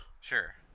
sure